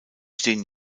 stehen